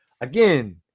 again